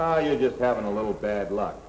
the you are just having a little bad luck